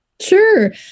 Sure